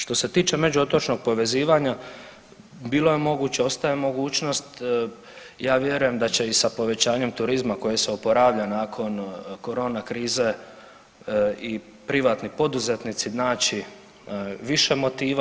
Što se tiče među otočnog povezivanja bilo je moguće, ostaje mogućnost, ja vjerujem da će i sa povećanjem turizma koje se oporavlja nakon korona krize i privatni poduzetnici naći više motiva.